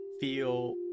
feel